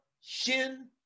shin